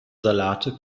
salate